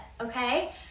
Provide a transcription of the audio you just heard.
okay